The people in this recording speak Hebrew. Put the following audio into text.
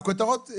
הכותרות,